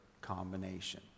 combination